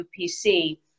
UPC